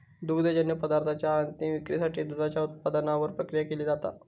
दुग्धजन्य पदार्थांच्या अंतीम विक्रीसाठी दुधाच्या उत्पादनावर प्रक्रिया केली जाता